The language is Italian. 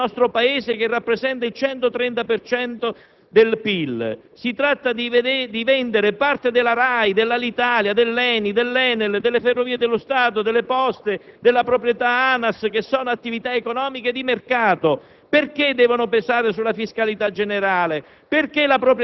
Un'altra sfida è l'utilizzo dell'attivo patrimoniale del nostro Paese, che rappresenta il 130 per cento del PIL. Si tratta di vendere parte della RAI, dell'Alitalia, dell'ENI, dell'ENEL, delle Ferrovie dello Stato, delle Poste e della proprietà ANAS. Sono attività economiche di mercato,